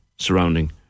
surrounding